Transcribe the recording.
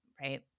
Right